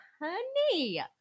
honey